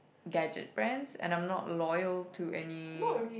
gadget brands and I'm not loyal to any